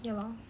ya lor